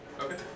Okay